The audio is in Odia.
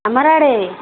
ଆମର ଆଡ଼େ